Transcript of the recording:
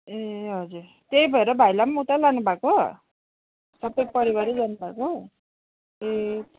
ए हजुर त्यही भएर भाइलाई पनि उता लानुभएको सबै परिवारै जानुभएको ए